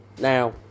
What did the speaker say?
Now